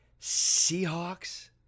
Seahawks